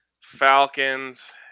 Falcons